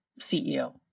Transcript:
CEO